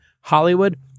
Hollywood